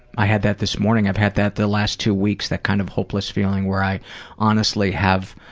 i had that this morning, i've had that the last two weeks, that kind of hopeless feeling where i honestly have